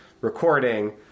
recording